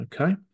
Okay